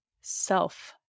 self